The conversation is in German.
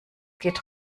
geht